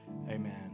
Amen